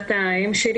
בשפת האם שלי,